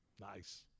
Nice